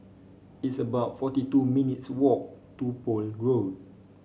it's about forty two minutes' walk to Poole Road